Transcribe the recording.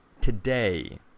Today